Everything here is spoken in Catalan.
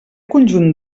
conjunt